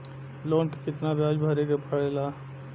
Loan के कितना ब्याज भरे के पड़े ला?